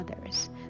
others